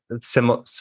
similar